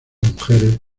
mujeres